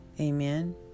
Amen